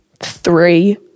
three